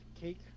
cake